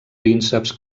prínceps